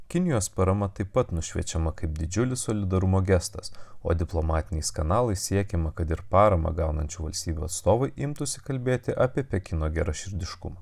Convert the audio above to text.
kinijos parama taip pat nušviečiama kaip didžiulis solidarumo gestas o diplomatiniais kanalais siekiama kad ir paramą gaunančių valstybių atstovai imtųsi kalbėti apie pekino geraširdiškumą